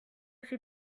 suis